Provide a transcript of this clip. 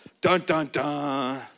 dun-dun-dun